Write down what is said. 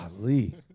Golly